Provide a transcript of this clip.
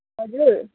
हजुर